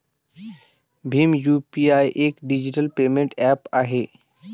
Bhim UPI एक digital payment app आहे